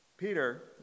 Peter